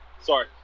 Sorry